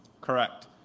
Correct